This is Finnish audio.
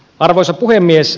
arvoisa puhemies